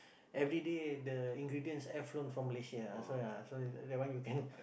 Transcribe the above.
everyday the ingredients air flown from Malaysia ah so ya so that one you can